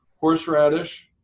Horseradish